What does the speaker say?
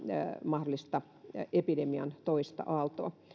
mahdollista epidemian toista aaltoa